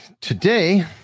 today